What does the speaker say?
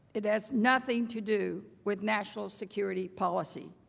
it has nothing to do with national security policies.